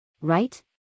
Right